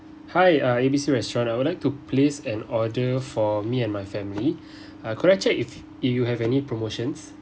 hi uh A B C restaurant I would like to place an order for me and my family uh currently if if you have any promotions